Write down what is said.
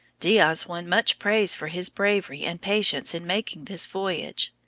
diaz won much praise for his bravery and patience in making this voyage.